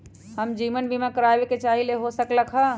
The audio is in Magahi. हम जीवन बीमा कारवाबे के चाहईले, हो सकलक ह?